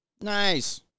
Nice